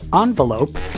envelope